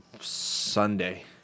Sunday